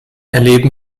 erleben